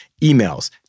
emails